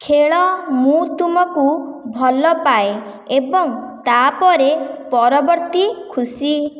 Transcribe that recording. ଖେଳ ମୁଁ ତୁମକୁ ଭଲ ପାଏ ଏବଂ ତା'ପରେ ପରବର୍ତ୍ତୀ ଖୁସି